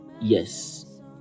Yes